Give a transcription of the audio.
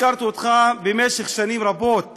הכרתי אותך במשך שנים רבות